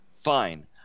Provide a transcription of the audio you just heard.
fine